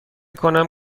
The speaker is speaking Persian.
کنم